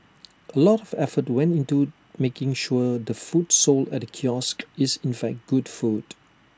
A lot of effort went into making sure the food sold at the kiosk is in fact good food